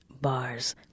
bars